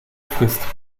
frisst